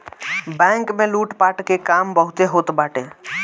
bank में लूटपाट के काम बहुते होत बाटे